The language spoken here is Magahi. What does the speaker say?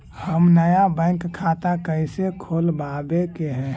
हम नया बैंक खाता कैसे खोलबाबे के है?